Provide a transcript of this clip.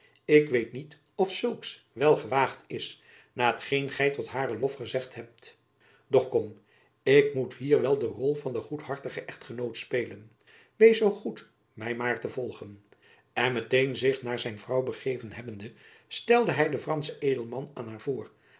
ik weet niet of zulks wel gewaagd is na hetgeen gy tot haren lof gezegd hebt doch kom ik moet hier wel de rol van den goedhartigen echtgenoot spelen wees zoo goed my maar te volgen en met-een zich naar zijn vrouw begeven hebbende stelde hy den jacob van lennep elizabeth musch franschen edelman aan haar voor